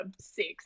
six